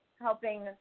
helping